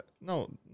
No